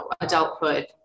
adulthood